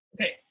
okay